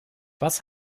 was